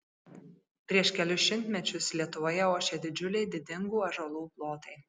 prieš kelis šimtmečius lietuvoje ošė didžiuliai didingų ąžuolų plotai